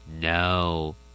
No